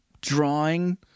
drawing